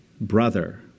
brother